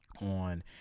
on